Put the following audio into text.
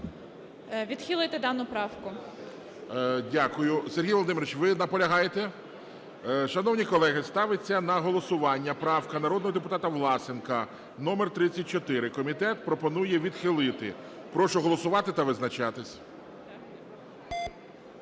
Відхилити дану правку. ГОЛОВУЮЧИЙ. Дякую. Сергію Володимировичу, ви наполягаєте? Шановні колеги, ставиться на голосування правка народного депутата Власенка, номер 34. Комітет пропонує відхилити. Прошу голосувати та визначатись.